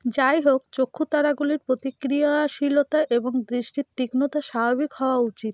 যাই হোক চক্ষু তারাগুলির প্রতিক্রিয়াশীলতা এবং দৃষ্টির তীক্ষ্ণতা স্বাভাবিক হওয়া উচিত